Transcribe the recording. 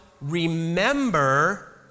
remember